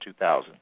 2000